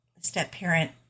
step-parent